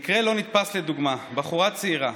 מקרה לא נתפס לדוגמה: בחורה צעירה,